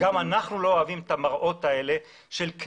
גם אנחנו לא אוהבים את המראות של כניסה